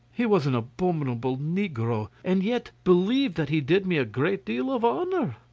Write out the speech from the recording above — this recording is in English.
he was an abominable negro, and yet believed that he did me a great deal of honour.